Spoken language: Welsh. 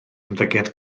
ymddygiad